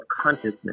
consciousness